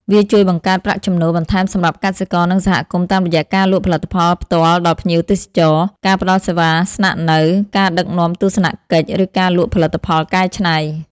វាជួយបង្កើតប្រាក់ចំណូលបន្ថែមសម្រាប់កសិករ និងសហគមន៍ តាមរយៈការលក់ផលិតផលផ្ទាល់ដល់ភ្ញៀវទេសចរ ការផ្តល់សេវាស្នាក់នៅ ការដឹកនាំទស្សនកិច្ច ឬការលក់ផលិតផលកែច្នៃ ។